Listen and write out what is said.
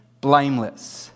blameless